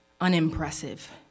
unimpressive